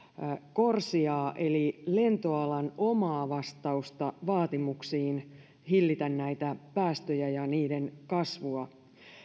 corsiaa eli lentoalan omaa vastausta vaatimuksiin hillitä näitä päästöjä ja niiden kasvua